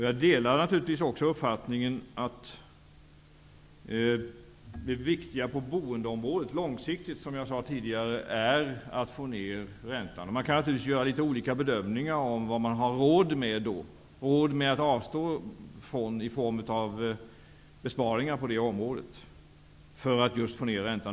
Jag delar naturligtvis uppfattningen att det långsiktigt viktiga på boendeområdet är, som jag sade tidigare, att få ned räntan. Man kan naturligtvis göra litet olika bedömningar om vad man har råd att avstå från i form av besparingar på det området just för att få ned räntan.